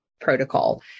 protocol